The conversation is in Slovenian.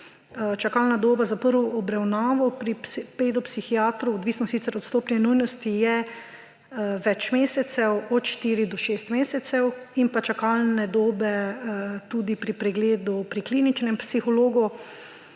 Čakalna doba za prvo obravnavo pri pedopsihiatru, odvisno sicer od stopnje nujnosti, je več mesecev, od 4 do 6 mesecev. Čakalne dobe. Tudi pri kliničnem psihologu